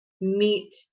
meet